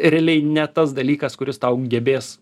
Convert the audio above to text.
realiai ne tas dalykas kuris tau gebės